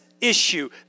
issue